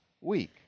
week